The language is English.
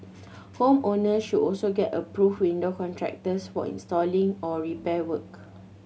home owners should also get approved window contractors for installation or repair work